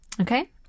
Okay